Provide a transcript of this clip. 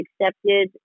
accepted